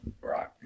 Right